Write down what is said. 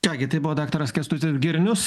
ką gi tai buvo daktaras kęstutis girnius